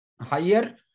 higher